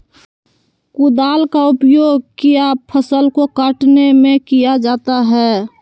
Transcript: कुदाल का उपयोग किया फसल को कटने में किया जाता हैं?